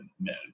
men